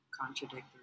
contradictory